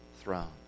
throne